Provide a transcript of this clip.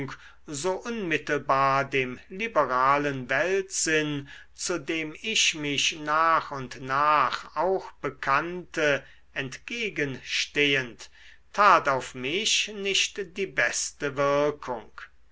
so unmittelbar dem liberalen weltsinn zu dem ich mich nach und nach auch bekannte entgegen stehend tat auf mich nicht die beste wirkung